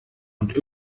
und